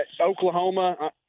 Oklahoma